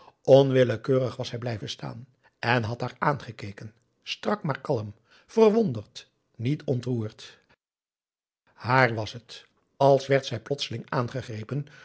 onwillekeurig was hij blijven staan en had haar aangekeken strak maar kalm verwonderd niet ontroerd haar was het als werd zij plotseling aangegrepen